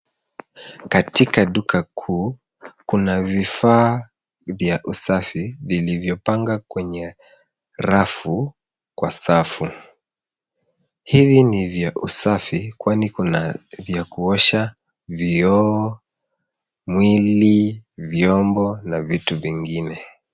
Katika duka kuu, Kuna vifaa vya usafi vilivyopangwa kwenye rafu kwa safu. Hivi ni vya usafi kwani kuna vya kuosha vioo, mwili, vyombo na vitu vingine.